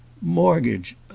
Mortgage